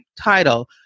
title